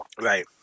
Right